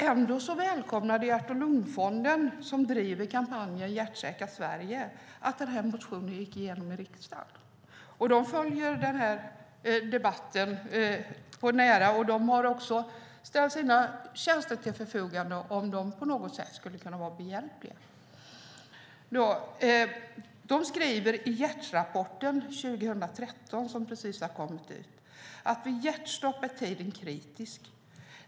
Ändå välkomnade Hjärt-lungfonden, som driver kampanjen Hjärtsäkra Sverige, att motionen gick igenom i riksdagen. De följer debatten på nära håll, och de har också ställt sina tjänster till förfogande om de på något sätt kan vara behjälpliga. Hjärt-lungfonden skriver i Hjärtrapporten 2013 : "Vid ett hjärtstopp är tiden kritisk.